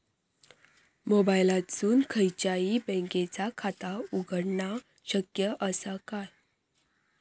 मोबाईलातसून खयच्याई बँकेचा खाता उघडणा शक्य असा काय?